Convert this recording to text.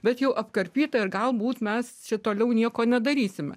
bet jau apkarpyta ir galbūt mes čia toliau nieko nedarysime